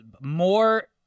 more